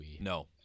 No